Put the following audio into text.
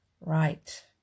Right